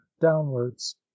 downwards